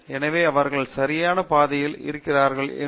எனவே அவர்கள் சரியான பாதையில் இருக்கிறார்களா என்று அவர்கள் உணர உதவுகிறது